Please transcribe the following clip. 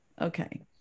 Okay